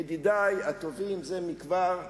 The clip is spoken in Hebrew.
ידידי הטובים זה מכבר,